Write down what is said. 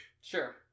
Sure